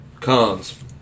Cons